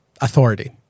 authority